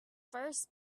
first